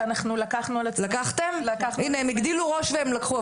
את הסמכות לגעת בנושא חלוקת האנטיגן,